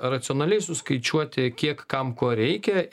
racionaliai suskaičiuoti kiek kam ko reikia